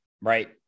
Right